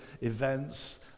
events